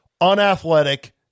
unathletic